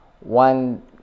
One